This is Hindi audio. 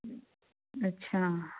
अच्छा